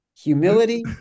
Humility